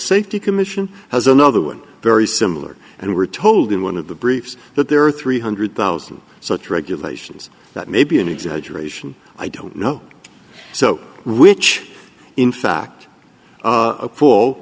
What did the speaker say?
safety commission has another one very similar and we're told in one of the briefs that there are three hundred thousand such regulations that may be an exaggeration i don't know so which in fact